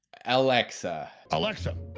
alexa. alexa,